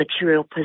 material